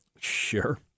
Sure